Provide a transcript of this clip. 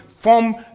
form